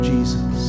Jesus